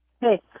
Hey